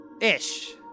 Ish